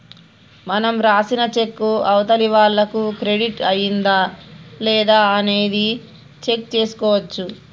మనం రాసిన చెక్కు అవతలి వాళ్లకు క్రెడిట్ అయ్యిందా లేదా అనేది చెక్ చేసుకోవచ్చు